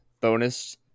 bonus